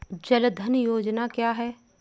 जनधन योजना क्या है?